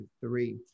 three